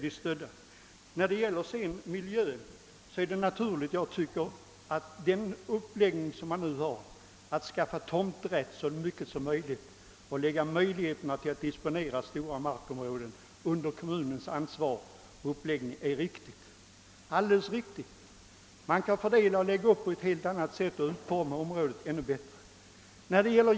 Vad miljön beträffar tycker jag att den uppläggning man nu har — man inför tomträtt så långt det går, och möjligheterna att disponera stora markområden läggs alltså under kommunens ansvar — är naturlig och riktig. Därigenom kan man fördela tomtmarken på ett helt annat sätt och utforma ett område som sådant bättre.